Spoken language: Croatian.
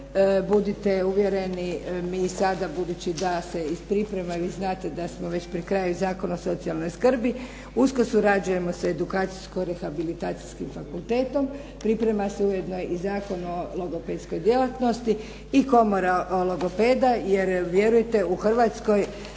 Budite uvjereni, mi sada budući da se iz priprema, vi znate da smo već pri kraju Zakon o socijalnoj skrbi. Usko surađujemo sa edukacijsko-rehabilitacijskim fakultetom. Priprema se ujedno i Zakon o logopedskoj djelatnosti i komora logopeda, jer vjerujte u Hrvatskoj